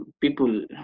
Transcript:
people